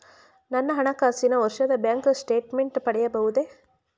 ನನ್ನ ಹಣಕಾಸಿನ ವರ್ಷದ ಬ್ಯಾಂಕ್ ಸ್ಟೇಟ್ಮೆಂಟ್ ಪಡೆಯಬಹುದೇ?